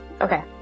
Okay